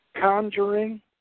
conjuring